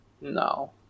No